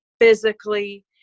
physically